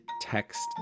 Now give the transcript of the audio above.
text